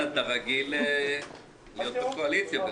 ננסה להרכיב את הוועדות כמה שיותר מהר